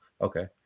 Okay